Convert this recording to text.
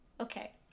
Okay